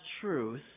truth